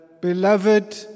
beloved